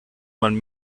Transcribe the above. man